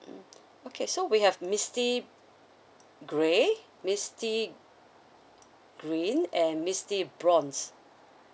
mm okay so we have misty grey misty green and misty bronze